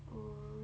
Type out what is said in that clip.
oh